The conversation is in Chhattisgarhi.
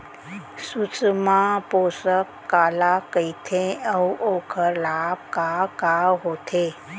सुषमा पोसक काला कइथे अऊ ओखर लाभ का का होथे?